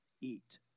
eat